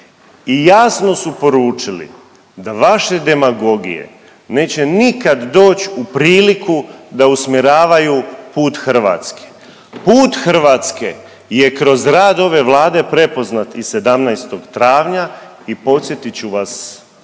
i jasno su poručili da vaše demagogije neće nikad doć u priliku da usmjeravaju put Hrvatske. Put Hrvatske je kroz rad ove Vlade prepoznat i 17. travnja i podsjetit ću vas